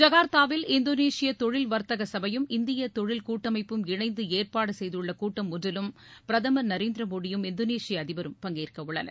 ஜகார்த்தாவில் இந்தோனேஷிய தொழில் வர்த்தக சபையும் இந்திய தொழில்கூட்டமைப்பும் இணைந்து ஏற்பாடு செய்துள்ள கூட்டம் ஒன்றிலும் பிரதமர் நரேந்திர மோடியும் இந்தோனேஷிய அதிபரும் பங்கேற்கவுள்ளனர்